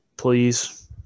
Please